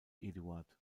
eduard